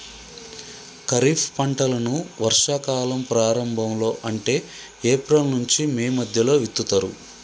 ఖరీఫ్ పంటలను వర్షా కాలం ప్రారంభం లో అంటే ఏప్రిల్ నుంచి మే మధ్యలో విత్తుతరు